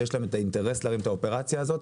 ויש להן את האינטרס להרים את האופרציה הזאת.